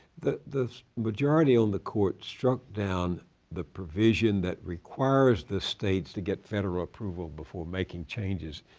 the the majority on the court struck down the provision that requires the states to get federal approval before making changes.